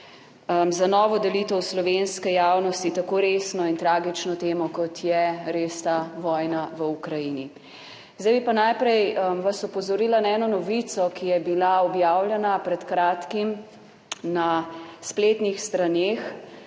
za novo delitev slovenske javnosti tako resno in tragično temo, kot je res ta vojna v Ukrajini. Zdaj bi pa najprej vas opozorila na eno novico, ki je bila objavljena pred kratkim na spletnih straneh.